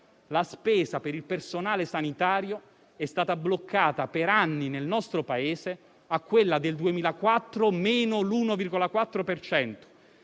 la spesa per il personale sanitario è stata bloccata per anni nel nostro Paese a quella del 2004 meno l'1,4